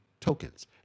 tokens